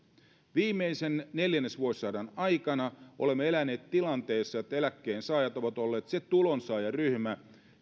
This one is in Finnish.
viimeisen neljännesvuosisadan aikana olemme eläneet tilanteessa että eläkkeensaajat ovat olleet se tulonsaajaryhmä